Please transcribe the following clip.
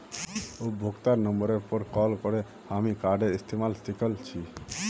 उपभोक्तार नंबरेर पर कॉल करे हामी कार्डेर इस्तमाल सिखल छि